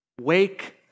Wake